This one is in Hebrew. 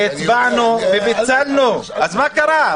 הצבענו ופיצלנו, אז מה קרה?